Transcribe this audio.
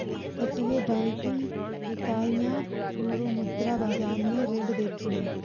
अपतटीय बैंकिंग इकाइयां यूरोमुद्रा बाजार में ऋण देती हैं